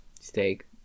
Steak